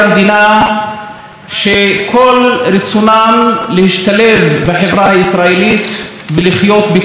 שכל רצונם להשתלב בחברה הישראלית ולחיות בכבוד על אדמתם,